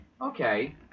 okay